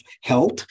health